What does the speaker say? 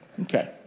Okay